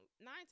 nine